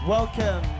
Welcome